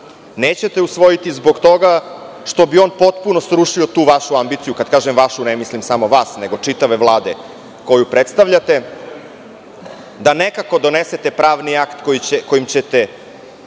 nećete usvojiti, zbog toga što bi on potpuno srušio tu vašu ambiciju, kad kažem vašu, ne mislim samo vas, nego čitave Vlade koju predstavljate, da nekako donesete pravni akt kojim ćete